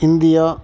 India